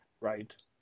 Right